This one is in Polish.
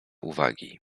uwagi